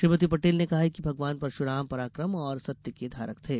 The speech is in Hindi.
श्रीमती पटेल ने कहा कि भगवान परशुराम पराकम और सत्य के धारक थे